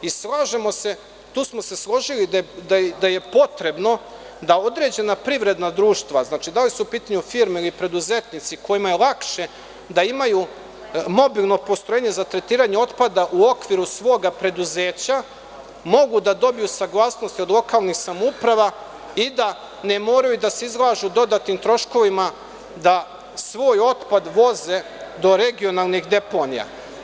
I slažemo se, tu smo se složili da je potrebno da određena privredna društva, znači, da li su u pitanju firme ili preduzetnici kojima je lakše da imaju mobilno postrojenje za tretiranje otpada u okviru svoga preduzeća mogu da dobiju saglasnost od lokalnih samouprava i da ne moraju da se izlažu dodatnim troškovima da svoj otpad voze do regionalnih deponija.